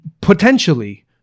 Potentially